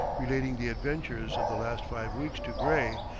relating the adventures of the last five weeks to gray,